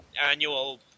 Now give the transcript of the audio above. Annual